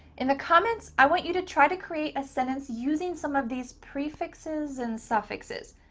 in the comments, i want you to try to create a sentence using some of these prefixes and suffixes.